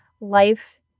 life